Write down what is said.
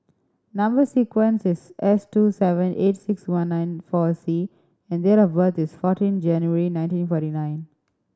number sequence is S two seven eight six one nine four C and date of birth is fourteen January nineteen forty nine